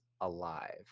alive